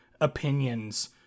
opinions